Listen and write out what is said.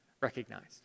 recognized